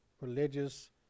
religious